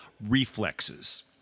reflexes